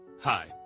Hi